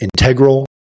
integral